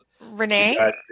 Renee